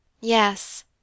Yes